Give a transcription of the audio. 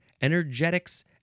energetics